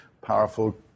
powerful